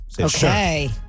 Okay